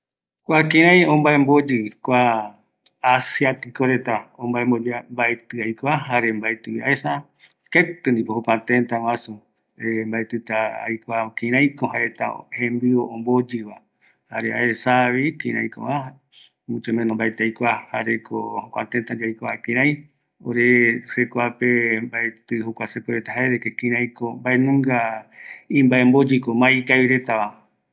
Kua kïraï asiatico reta imbaemboyɨva mbaetï aikua, mbaetɨvi aesa, maetɨta aikua kïraiko jaereta jembiu omboyɨva, se aikuapota jae kïraiko jae reta imbaemboyɨva